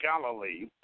Galilee